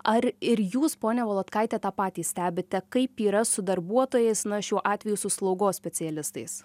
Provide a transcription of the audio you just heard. ar ir jūs ponia volodkaite tą patį stebite kaip yra su darbuotojais na šiuo atveju su slaugos specialistais